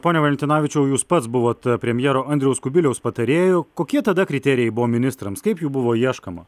pone valentinavičiau jūs pats buvot premjero andriaus kubiliaus patarėju kokie tada kriterijai buvo ministrams kaip jų buvo ieškoma